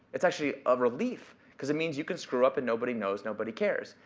it's actually a relief. cause it means you can screw up. and nobody knows. nobody cares.